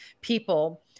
people